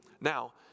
Now